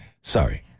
sorry